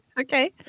Okay